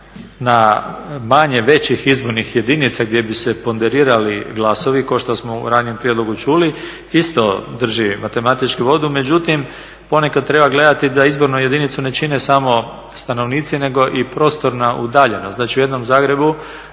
na manje većih izbornih jedinica gdje bi se ponderirali glasovi kao što smo u ranijem prijedlogu čuli isto drži matematičku vodu. Međutim, ponekad treba gledati da izbornu jedinicu ne čine samo stanovnici, nego i prostorna udaljenost. Znači, u jednom Zagrebu